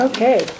Okay